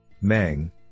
Meng